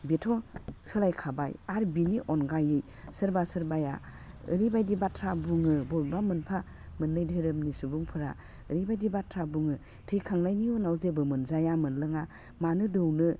बेथ' सोलायखाबाय आरो बेनि अनगायै सोरबा सोरबाया ओरैबायदि बाथ्रा बुङो बबेबा मोनफा मोननै धोरोमनि सुबुंफोरा ओरैबायदि बाथ्रा बुङो थैखांनायनि उनाव जेबो मोनजाया मोनलोङा मानो दौनो